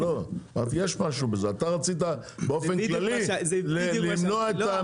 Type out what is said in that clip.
אתה רצית באופן כללי למנוע את המניעה,